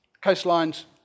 coastline's